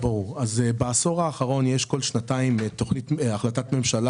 בעשור האחרון יש כל שנתיים החלטת ממשלה